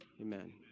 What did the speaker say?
Amen